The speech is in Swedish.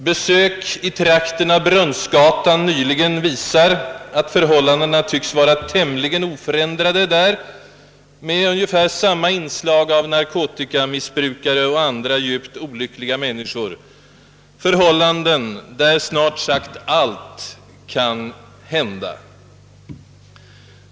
Besök i trakten av Brunnsgatan här i Stockholm nyligen visar att förhållandena där tycks vara tämligen oförändrade med ungefär samma inslag av narkotikamissbrukare och andra djupt olyckliga människor, förhållanden där snart sagt allt tycks kunna hända.